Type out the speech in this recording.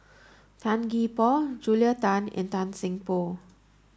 Tan Gee Paw Julia Tan and Tan Seng Poh